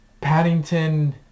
Paddington